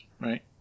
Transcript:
right